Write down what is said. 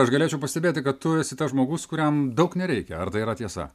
aš galėčiau pastebėti kad tu esi tas žmogus kuriam daug nereikia ar tai yra tiesa